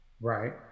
Right